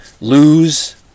lose